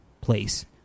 place